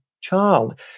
child